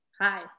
Hi